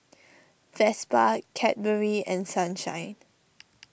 Vespa Cadbury and Sunshine